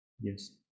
Yes